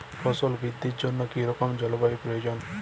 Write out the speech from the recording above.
ফসল বৃদ্ধির জন্য কী রকম জলবায়ু প্রয়োজন?